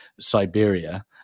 Siberia